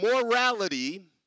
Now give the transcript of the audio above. Morality